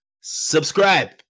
Subscribe